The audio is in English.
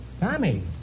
Tommy